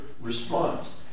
response